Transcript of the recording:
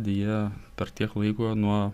deja per tiek laiko nuo